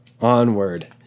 Onward